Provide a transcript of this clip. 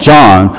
John